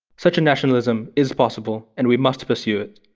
such a nationalism is possible, and we must pursue it